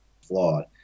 flawed